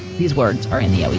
these words are in the